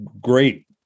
great